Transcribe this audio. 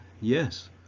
yes